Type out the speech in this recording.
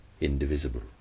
indivisible